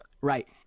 Right